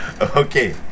okay